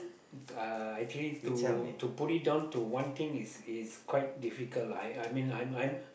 uh actually to to put it down to one thing is is quite difficult lah I I mean I'm I'm